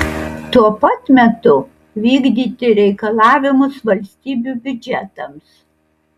tuo pat metu vykdyti reikalavimus valstybių biudžetams